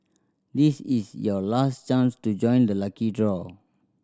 this is your last chance to join the lucky draw